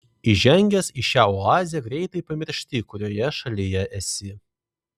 įžengęs į šią oazę greitai pamiršti kurioje šalyje esi